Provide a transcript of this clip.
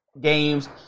games